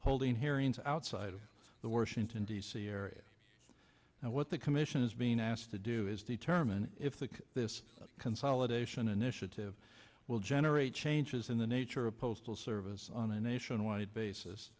holding hearings outside of the worst into d c area and what the commission is being asked to do is determine if the this consolidation initiative will generate changes in the nature of postal service on a nationwide basis